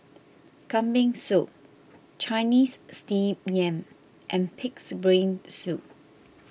Kambing Soup Chinese Steamed Yam and Pig's Brain Soup